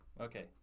Okay